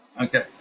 Okay